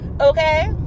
Okay